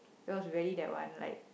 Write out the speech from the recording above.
it was very that one like